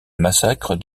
massacre